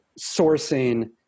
sourcing